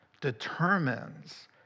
determines